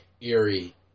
eerie